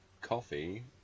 coffee